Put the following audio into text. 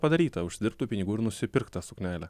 padaryta užsidirbk tų pinigų ir nusipirk tą suknelę